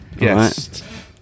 Yes